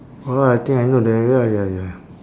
orh I think I know the ya ya ya